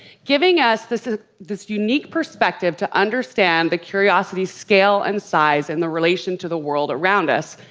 giving us this ah this unique perspective to understand the curiosity's scale and size in the relation to the world around us.